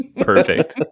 Perfect